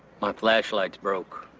my flashlight's broke.